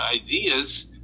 ideas